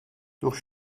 durch